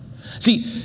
See